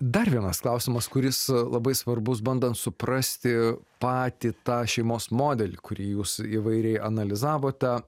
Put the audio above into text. dar vienas klausimas kuris labai svarbus bandant suprasti patį tą šeimos modelį kurį jūs įvairiai analizavote